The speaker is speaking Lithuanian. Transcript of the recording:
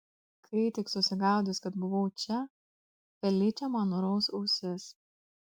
kai tik susigaudys kad buvau čia feličė man nuraus ausis